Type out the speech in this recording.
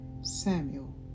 Samuel